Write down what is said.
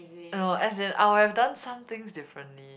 no as in I would have done some things differently